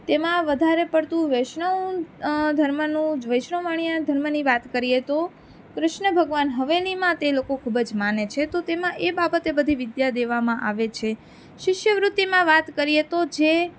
તેમાં વધારે પડતું વૈષ્ણવ ધર્મનું વૈષ્ણવ વાણિયા ધર્મની વાત કરીએ તો કૃષ્ણ ભગવાન હવેલીમાં તે લોકો ખૂબ જ માને છે તો તેમાં એ બાબતે બધી વિદ્યા દેવામાં આવે છે શિષ્યવૃત્તિમાં વાત કરીએ તો જે